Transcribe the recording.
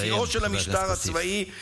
בשיאו של המשטר הצבאי, לסיים, חבר הכנסת כסיף.